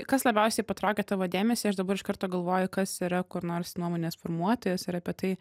kas labiausiai patraukė tavo dėmesį aš dabar iš karto galvoju kas yra kur nors nuomonės formuotojas ir apie tai